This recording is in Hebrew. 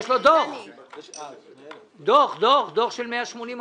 יש לו דוח של 180 עמודים,